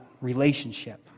relationship